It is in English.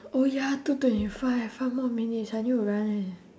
oh ya two twenty five five more minutes I need to run leh